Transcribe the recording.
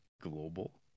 global